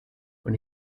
when